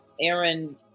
Aaron